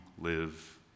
live